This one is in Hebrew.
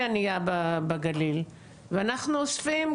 עכשיו אנחנו מדברים על